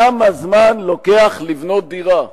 כמה זמן לוקח לבנות דירה?